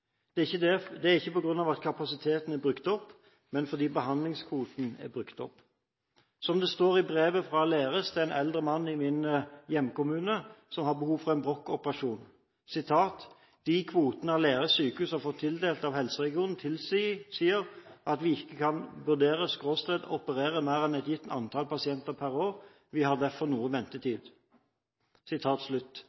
er ikke på grunn av at kapasiteten er brukt opp, men fordi behandlingskvoten er brukt opp. Som det står i brevet fra Aleris til en eldre mann i min hjemkommune som har behov for en brokkoperasjon: «De kvotene Aleris sykehus har fått tildelt av Helseregionene tilsier at vi ikke kan vurdere/operere mer enn et gitt antall pasienter pr. år, vi har derfor noe